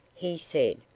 he said,